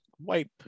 wipe